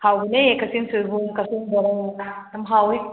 ꯍꯥꯎꯕꯅꯦ ꯀꯛꯆꯤꯡ ꯁꯣꯏꯕꯨꯝ ꯀꯛꯆꯤꯡ ꯕꯣꯔꯥ ꯌꯥꯝ ꯍꯥꯎꯋꯤ